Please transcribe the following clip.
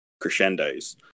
crescendos